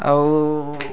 ଆଉ